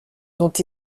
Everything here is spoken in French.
dont